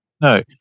No